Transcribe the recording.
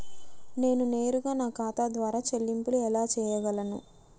నేను నేరుగా నా ఖాతా ద్వారా చెల్లింపులు ఎలా చేయగలను?